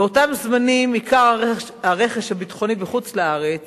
באותם זמנים עיקר הרכש הביטחוני בחוץ-לארץ